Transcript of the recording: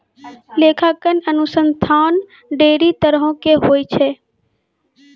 लेखांकन अनुसन्धान ढेरी तरहो के होय छै